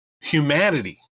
humanity